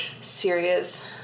serious